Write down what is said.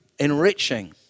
Enriching